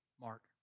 Mark